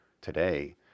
today